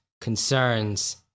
concerns